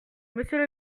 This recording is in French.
monsieur